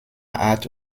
art